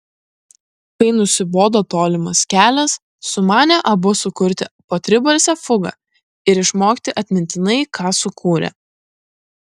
kai nusibodo tolimas kelias sumanė abu sukurti po tribalsę fugą ir išmokti atmintinai ką sukūrė